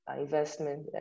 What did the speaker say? investment